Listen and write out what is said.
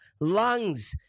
lungs